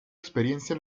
experiencia